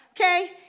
okay